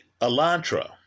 Elantra